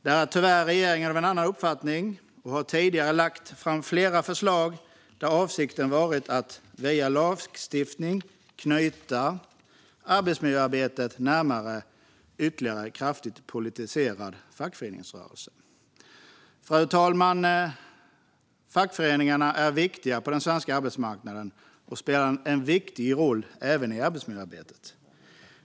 Där är regeringen tyvärr av en annan uppfattning och har tidigare lagt fram flera förslag där avsikten varit att via lagstiftning knyta arbetsmiljöarbetet närmare en ytterligare kraftigt politiserad fackföreningsrörelse. Fru talman! Fackföreningarna är viktiga på den svenska arbetsmarknaden och spelar en viktig roll även i arbetsmiljöarbetet.